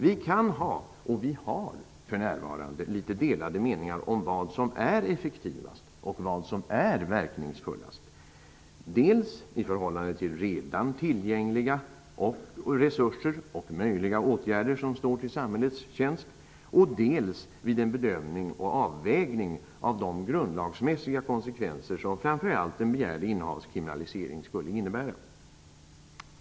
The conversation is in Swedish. Vi kan ha -- och vi har för närvarande -- litet delade meningar om vad som är effektivt och verkningsfullt, dels i förhållande till redan tillgängliga resurser och möjliga åtgärder som står till samhällets tjänst, dels vid en bedömning och avvägning av de grundlagsmässiga konsekvenser som framför allt en begärd innehavskriminalisering skulle innebära.